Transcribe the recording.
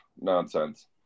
nonsense